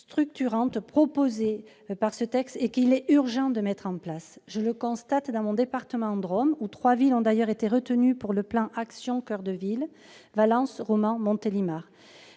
structurantes proposées par ce texte et qu'il est urgent de mettre en place. Je le constate dans mon département de la Drôme, où trois villes ont d'ailleurs été retenues dans le cadre du plan Action coeur de ville : Valence, Romans, Montélimar.